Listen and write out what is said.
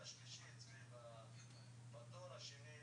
והוועדה המחוזית כמובן תחווה את דעתה בהקשר של ההתאמה לכוללנית,